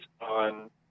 on